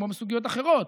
כמו בסוגיות אחרות,